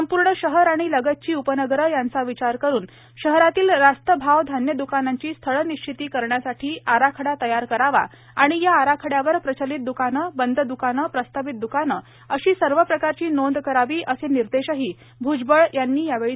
संपूर्ण शहर आणि लगतची उपनगरे यांचा विचार करुन शहरातील रास्त भाव धान्य द्कानांची स्थळ निश्चिती करण्यासाठी आराखडा तयार करावा आणि या आराखड्यावर प्रचलित द्कानं बंद द्काने प्रस्तावित द्काने अशी सर्व प्रकारची नोंद करावी असे निर्देशही भुजबळ यांनी यावेळी दिले